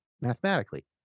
mathematically